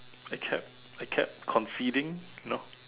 I kept I kept conceding you know